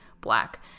black